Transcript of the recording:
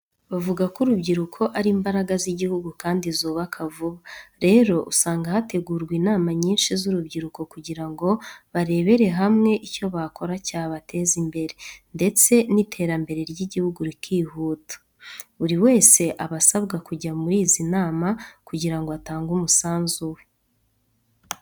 Bavuga ko urubyiruko ari imbaraga z'igihugu kandi zubaka vuba. Rero usanga hategurwa inama nyinshi z'urubyiruko kugira ngo barebere hamwe icyo bakora cyabateza imbere, ndetse n'iterambere ry'igihugu rikihuta. Buri wese aba asabwa kujya muri izi nama kugira ngo atange umusanzu we.